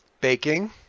Baking